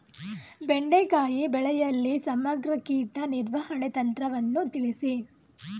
ಬೆಂಡೆಕಾಯಿ ಬೆಳೆಯಲ್ಲಿ ಸಮಗ್ರ ಕೀಟ ನಿರ್ವಹಣೆ ತಂತ್ರವನ್ನು ತಿಳಿಸಿ?